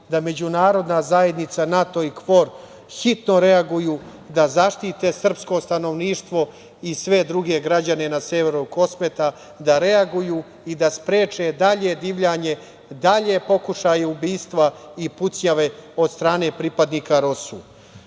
da međunarodna zajednica NATO i KFOR hitno reaguju da zaštite srpsko stanovništvo i sve druge građane na severu Kosmeta, da reaguju i da spreče dalje divljanje, dalje pokušaje ubistva i pucnjave od strane pripadnika